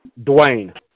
Dwayne